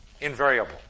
invariable